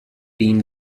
been